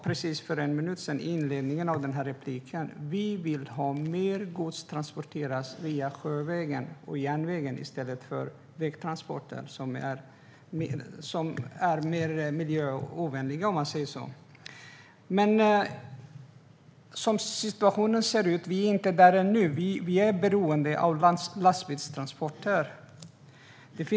Precis för en minut sedan sa jag att vi vill att mer gods ska transporteras via sjövägen och järnvägen i stället för via väg, som är mer, så att säga, miljöovänligt. Men som situationen ser ut är vi inte där ännu. Vi är beroende av lastbilstransporter.